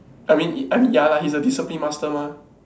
I mean I mean ya lah he's a discipline master mah